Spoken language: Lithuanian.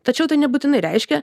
tačiau tai nebūtinai reiškia